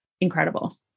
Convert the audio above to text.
incredible